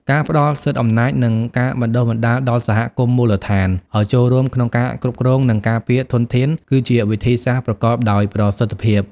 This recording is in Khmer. ការផ្តល់សិទ្ធិអំណាច និងការបណ្តុះបណ្តាលដល់សហគមន៍មូលដ្ឋានឱ្យចូលរួមក្នុងការគ្រប់គ្រង និងការពារធនធាន គឺជាវិធីសាស្ត្រប្រកបដោយប្រសិទ្ធភាព។